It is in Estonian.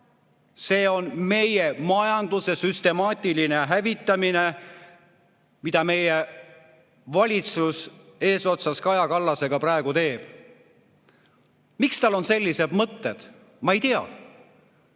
See on meie majanduse süstemaatiline hävitamine, mida meie valitsus eesotsas Kaja Kallasega praegu teeb. Miks tal on sellised mõtted? Ma ei tea.